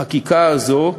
החקיקה הזו,